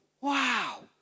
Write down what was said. Wow